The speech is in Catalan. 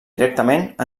directament